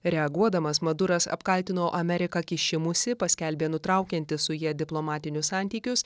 reaguodamas maduras apkaltino ameriką kišimusi paskelbė nutraukiantis su ja diplomatinius santykius